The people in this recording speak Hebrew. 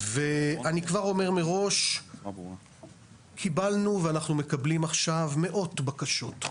אני כבר אומר מראש: קיבלנו ואנחנו מקבלים עכשיו מאות בקשות.